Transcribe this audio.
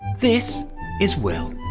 this is will,